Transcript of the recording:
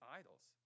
idols